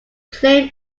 claimed